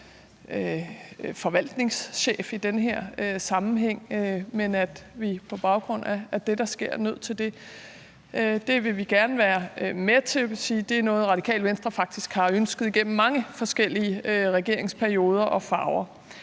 forvaltningschef i den her sammenhæng, og at vi på baggrund af det, der sker, er nødt til at se på det. Det vil vi gerne være med til, og jeg vil sige, at det er noget, Radikale Venstre faktisk har ønsket gennem mange forskellige regeringsperioder og -farver.